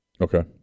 Okay